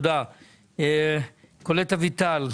קולט אביטל,